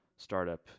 startup